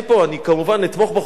אני כמובן אתמוך בחוק הזה,